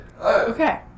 Okay